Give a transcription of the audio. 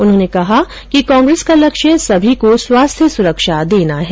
उन्होंने कहा कि कांग्रेस का लक्ष्य सभी को स्वास्थ्य सुरक्षा देना है